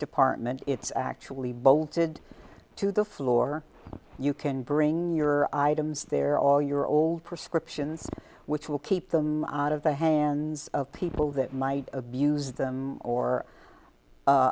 department it's actually bolted to the floor you can bring your items there all your old prescriptions which will keep them out of the hands of people that might abuse them or o